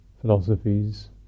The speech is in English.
philosophies